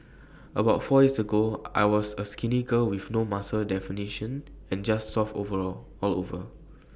about four years ago I was A skinny girl with no muscle definition and just soft all over